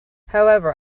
however